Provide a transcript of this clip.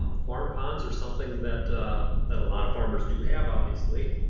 um farm ponds are something that ah that a lot of farmers do have obviously,